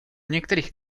některých